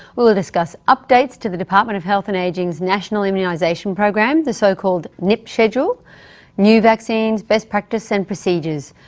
we'll we'll discuss updates to the department of health and ageing's national immunisation program the so-called nip schedule new vaccines, best practice and procedures.